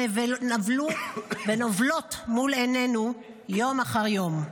שנבלו ונובלות מול עיננו יום אחר יום.